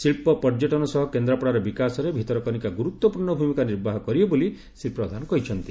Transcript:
ଶିକ୍ଷ ପର୍ଯ୍ୟଟନ ସହ କେନ୍ଦ୍ରାପଡ଼ାର ବିକାଶରେ ଭିତରକନିକା ଗୁରୁତ୍ୱପୂର୍ଶ୍ର ଭୂମିକା ନିର୍ବାହ କରିବ ବୋଲି ଶ୍ରୀ ପ୍ରଧାନ କହିଛନ୍ତି